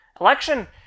election